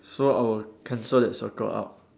so I will cancel that circle out